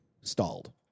stalled